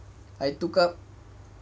I took up